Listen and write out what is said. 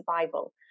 survival